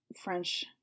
French